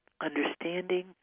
understanding